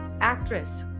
actress